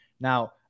Now